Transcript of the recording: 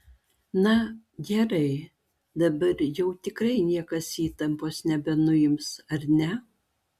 na gerai dabar jau tikrai niekas įtampos nebenuims ar ne